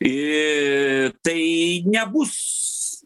ir tai nebus